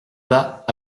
bas